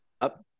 up